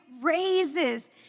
raises